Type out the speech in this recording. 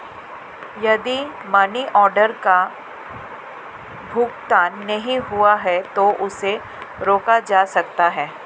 यदि money order का भुगतान नहीं हुआ है तो उसे रोका जा सकता है